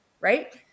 right